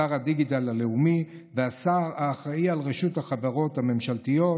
שר הדיגיטל הלאומי והשר האחראי על רשות החברות הממשלתיות.